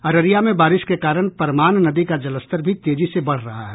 अररिया में बारिश के कारण परमान नदी का जलस्तर भी तेजी से बढ़ रहा है